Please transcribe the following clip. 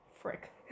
Frick